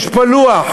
יש פה לוח,